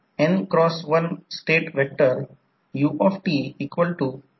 तर ही primary side आहे आणि ही सेकंडरी साईड आहे लोड जोडलेला आहे